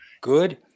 good